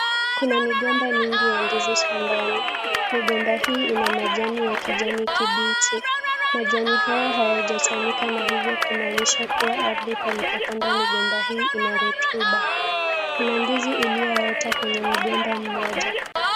Kuna migomba mingi ya ndizi shambani, migomba hii ina majani ya kijani kibichi. Majani haya hayajachanika na hivyo kumaanisha kuwa ardhi palipopandwa migomba hii ina rutuba. Kuna ndizi iliyoota kwenye mgomba mmoja.